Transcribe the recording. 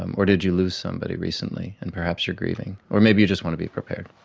um or did you lose somebody recently, and perhaps you are grieving, or maybe you just want to be prepared.